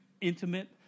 intimate